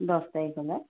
দহ তাৰিখলৈ